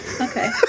Okay